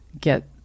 get